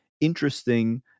interesting